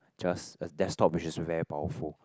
just a desktop which is very powerful